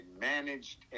managed